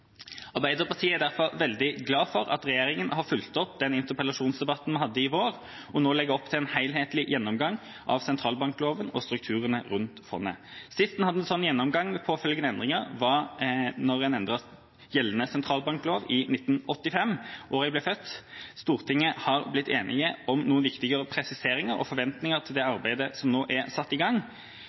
Arbeiderpartiet er derfor veldig glad for at regjeringa har fulgt opp den interpellasjonsdebatten vi hadde i vår, og nå legger opp til en helhetlig gjennomgang av sentralbankloven og strukturen rundt fondet. Sist vi hadde en slik gjennomgang, med påfølgende endringer, var da gjeldende sentralbanklov ble vedtatt i 1985 – det året jeg ble født. Stortinget har blitt enig om noen viktige presiseringer og forventninger til det arbeidet som nå er satt i gang.